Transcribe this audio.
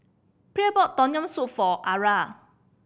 Pierre bought Tom Yam Soup for Arra